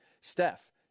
Steph